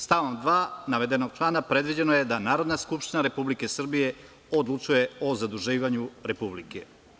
Stavom 2. navedenog člana predviđeno je da Narodna skupština Republike Srbije odlučuje o zaduživanju Republike.